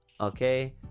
Okay